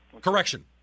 Correction